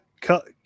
cut